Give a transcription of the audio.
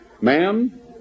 ma'am